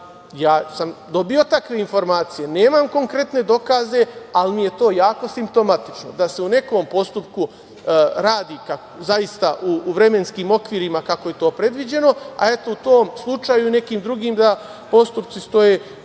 Ja sam dobio takve informacije, nemam konkretne dokaze, ali mi je to jako simptomatično da se u nekom postupku radi u vremenskim okvirima kako je to predviđeno, a u tom slučaju i nekim drugim da postupci stoje po